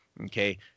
Okay